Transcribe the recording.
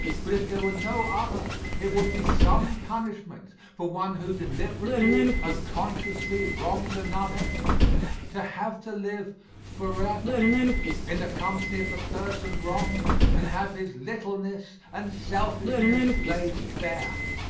but if there were no other it would be some punishment for one who deliberately and consciously wrongs another to have to live forever in the company of the person wronged and have his littleness and selfishness laid bare.